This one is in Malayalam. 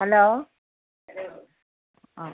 ഹലോ ആ